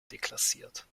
deklassiert